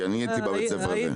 כי אני הייתי בבית הספר הזה.